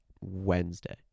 wednesday